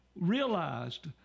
realized